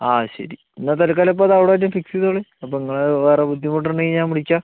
ആ ശരി എന്നാൽ തത്ക്കാലം ഇപ്പം അത് അവിടെ തന്നെ ഫിക്സ് ചെയ്തോളൂ അപ്പം നിങ്ങളെ വേറെ ബുദ്ധിമുട്ട് ഉണ്ടെങ്കിൽ ഞാൻ വിളിക്കാം